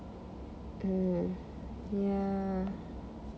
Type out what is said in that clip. mm ya